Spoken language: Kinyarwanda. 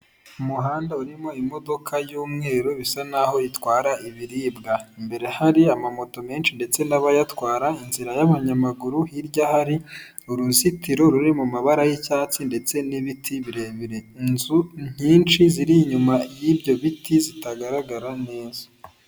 Umuhanda urimo imodoka y'umweru bisa naho itwara ibiribwa, imbere hari amamoto menshi ndetse n'abayatwara, inzira y'abanyamaguru, hirya hari uruzitiro ruri mu mabara y'icyatsi ndetse n'ibiti birebire, inzu nyinshi ziri inyuma y'ibyo biti zitagaragara neza.